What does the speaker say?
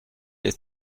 ist